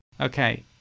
Okay